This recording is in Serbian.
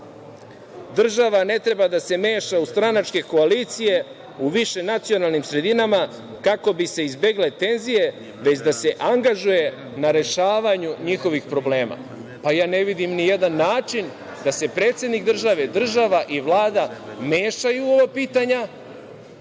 država ne treba da se meša u stranačke koalicije u višenacionalnim sredinama, kako bi se izbegle tenzije, već da se angažuje na rešavanju njihovih problema. Pa, ja ne vidim ni jedan način da se predsednik države, država i Vlada mešaju u ova pitanja,